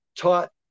taught